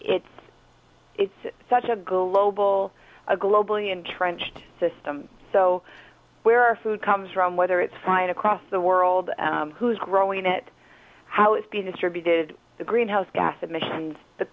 it's it's such a global a globally entrenched system so where our food comes from whether it's flying across the world who is growing it how it's being distributed the greenhouse gas emissions the